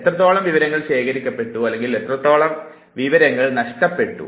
എത്രത്തോളം വിവരങ്ങൾ ശേഖരിക്കപ്പെട്ടു അല്ലെങ്കിൽ എത്രത്തോളം വിവരങ്ങൾ നഷ്ടപ്പെട്ടു